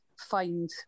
find